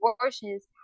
abortions